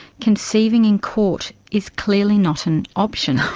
conceiving in court is clearly not an option'.